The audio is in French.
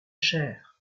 chair